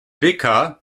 wicca